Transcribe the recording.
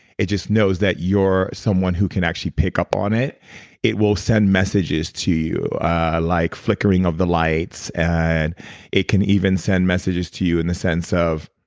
it just knows that you're someone who can actually pick up on it it will send messages to you like flickering of the lights. and it can even send messages to you in the sense of